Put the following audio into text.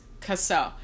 Cassell